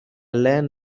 learned